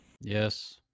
Yes